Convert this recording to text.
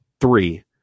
three